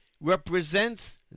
represents